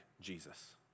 Jesus